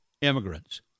immigrants